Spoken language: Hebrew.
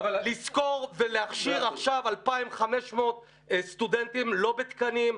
לזכור ולהכשיר עכשיו 2,500 סטודנטים לא בתקנים,